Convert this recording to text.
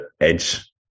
edge